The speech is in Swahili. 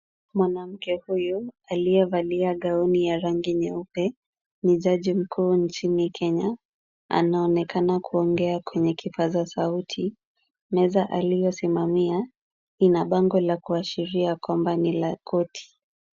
Mwanamke huyu aliyevalia gauni ya rangi nyeupe, ni jaji mkuu nchini Kenya. Anaonekana kuongea kwenye kipaza sauti. Meza aliyosimamia, ina bango la kuashiria kwamba ni la korti.